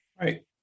Right